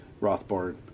Rothbard